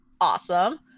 awesome